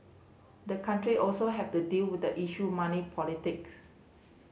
the country also have the deal with the issue money politics